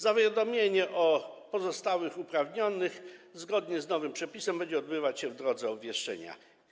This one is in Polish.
Zawiadomienie pozostałych uprawnionych zgodnie z nowym przepisem będzie odbywać się w drodze obwieszczenia.